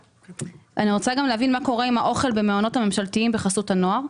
אני רוצה להבין גם מה קורה עם האוכל במעונות הממשלתיים בחסות הנוער,